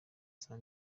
saa